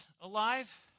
alive